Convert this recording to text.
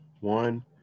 one